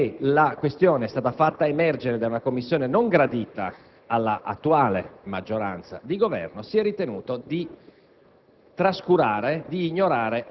si è ritenuto, dal momento che la questione è stata fatta emergere da una Commissione non gradita all'attuale maggioranza di Governo, di trascurare,